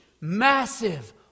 massive